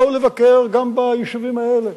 באו לבקר גם ביישובים האלה,